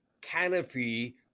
canopy